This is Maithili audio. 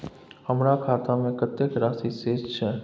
हमर खाता में कतेक राशि शेस छै?